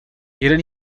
jeden